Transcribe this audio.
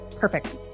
perfect